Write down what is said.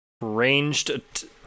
ranged